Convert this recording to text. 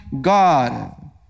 God